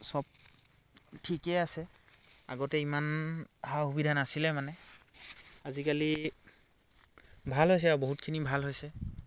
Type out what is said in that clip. সব ঠিকেই আছে অগতে ইমান সা সুবিধা নাছিলে মানে আজিকালি ভাল হৈছে আৰু বহুতখিনি ভাল হৈছে